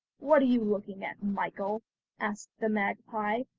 what are you looking at, michael asked the magpie,